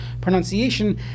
pronunciation